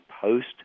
post